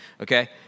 Okay